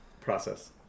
Process